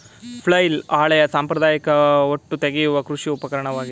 flail ಹಳೆಯ ಸಾಂಪ್ರದಾಯಿಕ ಹೊಟ್ಟು ತೆಗೆಯುವ ಕೃಷಿ ಉಪಕರಣವಾಗಿದೆ